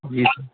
जी जी